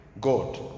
God